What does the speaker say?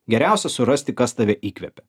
geriausia surasti kas tave įkvepia